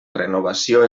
renovació